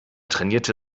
trainierte